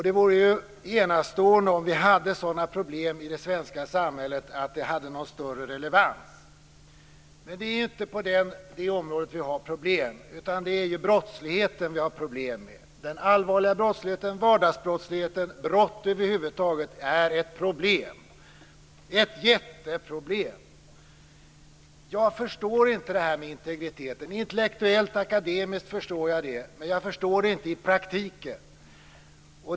Det vore enastående om vi hade sådana problem i det svenska samhället att det hade någon större relevans. Men det är inte på det området vi har problem. Det är brottsligheten vi har problem med: den allvarliga brottsligheten, vardagsbrottsligheten. Brott över huvud taget är ett jätteproblem. Jag förstår inte det här med integriteten. Intellektuellt akademiskt förstår jag det, men jag förstår det inte i praktiken.